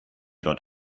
dort